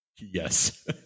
yes